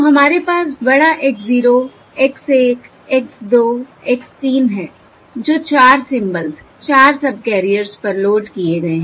तो हमारे पास बड़ा X 0 X 1 X 2 X 3 है जो 4 सिंबल्स 4 सबकैरियर्स पर लोड किए गए हैं